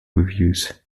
reviews